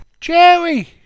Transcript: Jerry